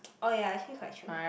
oh ya actually quite true